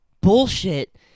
bullshit